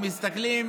מסתכלים